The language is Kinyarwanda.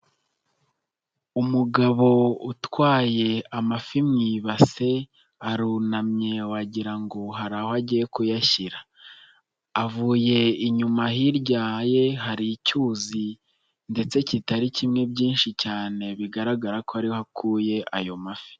Umugabo utwaye amafi mu ibase arunamye wagira ngo hari aho agiye kuyashyira, avuye inyuma hirya ye hari icyuzi ndetse kitari kimwe byinshi cyane bigaragara ko ari ho akuye ayo mafi.